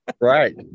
right